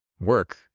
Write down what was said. work